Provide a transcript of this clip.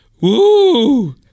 Woo